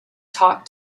talk